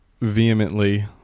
vehemently